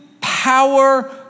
power